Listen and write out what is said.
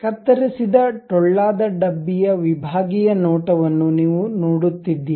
ಕತ್ತರಿಸಿದ ಟೊಳ್ಳಾದ ಡಬ್ಬಿಯ ವಿಭಾಗೀಯ ನೋಟವನ್ನು ನೀವು ನೋಡುತ್ತಿದ್ದೀರಿ